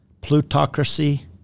plutocracy